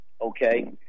okay